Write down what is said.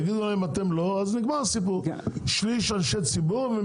יגידו להם אתם לא אז נגמר הסיפור אנשי הציבור,